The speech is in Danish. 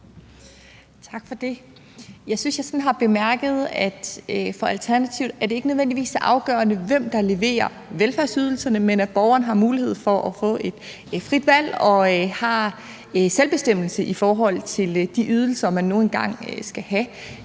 Tak for det. Jeg synes, jeg har bemærket, at for Alternativet er det ikke nødvendigvis afgørende, hvem der leverer velfærdsydelserne, men at borgeren har mulighed for at få et frit valg og har selvbestemmelse i forhold til de ydelser, man nu engang skal have